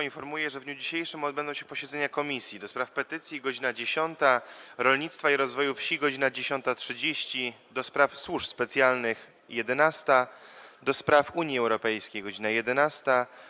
Informuję, że w dniu dzisiejszym odbędą się posiedzenia Komisji: - do Spraw Petycji - godz. 10, - Rolnictwa i Rozwoju Wsi - godz. 10.30, - do Spraw Służb Specjalnych - godz. 11, - do Spraw Unii Europejskiej - godz. 11,